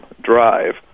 drive